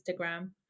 Instagram